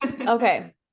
Okay